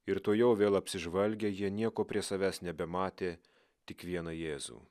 ir tuojau vėl apsižvalgę jie nieko prie savęs nebematė tik vieną jėzų